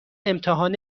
امتحان